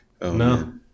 No